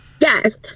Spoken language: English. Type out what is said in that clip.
Yes